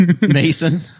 Mason